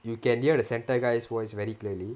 you can hear the center guy's voice very clearly